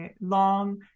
long